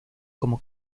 como